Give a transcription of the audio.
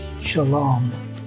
shalom